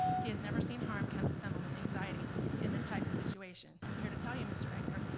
he has never seen harm come to someone with anxiety in this type of situation. i'm here to tell you, mr. egnor,